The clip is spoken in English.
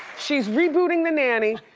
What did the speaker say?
she's rebooting the nanny.